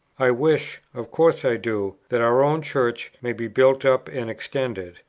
i wish, of course i do, that our own church may be built up and extended,